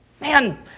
Man